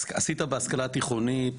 עשית בהשכלה תיכונית,